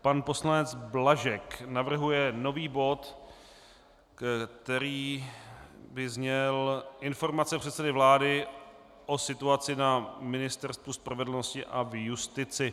Pan poslanec Blažek navrhuje nový bod, který by zněl: Informace předsedy vlády o situaci na Ministerstvu spravedlnosti a v justici.